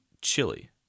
chili